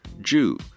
Jew